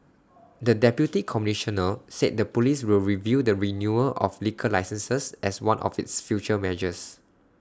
the deputy Commissioner said the Police will review the renewal of liquor licences as one of its future measures